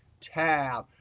tab.